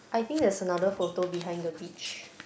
I think there's another photo behind the beach